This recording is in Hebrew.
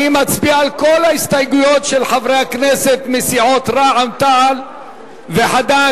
אני מצביע על כל ההסתייגויות של חברי הכנסת מסיעות רע"ם-תע"ל וחד"ש,